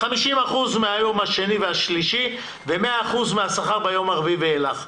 50% מהיום השני והשלישי ו-100% מהשכר ביום הרביעי ואילך.